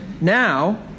now